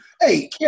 Hey